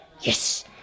Yes